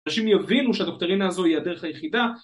אנשים יבינו שהדוקטרינה הזו היא הדרך היחידה